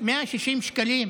160 שקל.